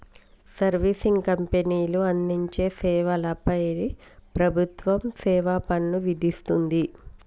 servicing కంపెనీలు అందించే సేవల పై ప్రభుత్వం సేవాపన్ను విధిస్తుంది